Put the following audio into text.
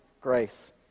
grace